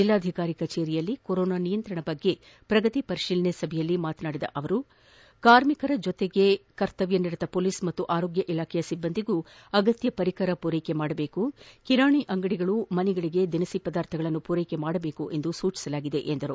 ಜಿಲ್ಲಾಧಿಕಾರಿಗಳ ಕಚೇರಿಯಲ್ಲಿ ಕೊರೋನಾ ನಿಯಂತ್ರಣ ಕುರಿತ ಪ್ರಗತಿ ಪರಿಶೀಲನಾ ಸಭೆಯ ಬಳಿಕ ಮಾತನಾಡಿದ ಅವರು ಕಾರ್ಮಿಕರ ಜೊತೆಗೆ ಕರ್ತವ್ಯ ನಿರತ ಪೊಲೀಸ್ ಮತ್ತು ಆರೋಗ್ಯ ಇಲಾಖೆಯ ಸಿಬ್ಬಂದಿಗೆ ಅಗತ್ಯ ಪರಿಕರಗಳನ್ನು ವೊರೈಕೆ ಮಾಡಬೇಕು ಕಿರಾಣಿ ಅಂಗಡಿಗಳು ಮನೆಗಳಿಗೆ ದಿನಸಿ ಪದಾರ್ಥಗಳನ್ನು ಪೂರೈಕೆ ಮಾಡುವಂತೆ ಸೂಚನೆ ನೀಡಲಾಗಿದೆ ಎಂದು ತಿಳಿಸಿದರು